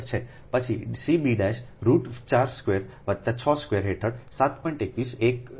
પછી d cb'રુટ 4 square વત્તા 6 સ્ક્વેર હેઠળ 7